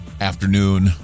afternoon